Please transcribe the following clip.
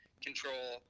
control